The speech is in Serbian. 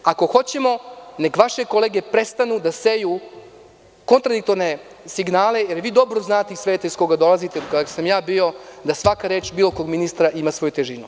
Ako hoćemo, neka vaše kolege prestanu da seju kontradiktorne signale, jer vi dobro znate iz sveta iz koga dolazite, a u kojem sam i ja bio, da svaka reč, bilo kog ministra, ima svoju težinu.